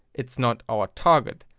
it's not our target.